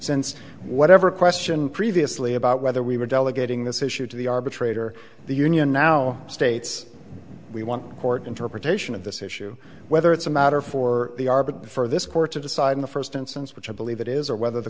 since whatever question previously about whether we were delegating this issue to the arbitrator the union now states we want court interpretation of this issue whether it's a matter for the for this court to decide in the first instance which i believe it is or whether the